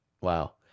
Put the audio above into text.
Wow